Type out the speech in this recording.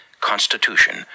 constitution